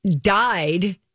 died